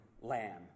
Lamb